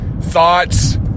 thoughts